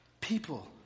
People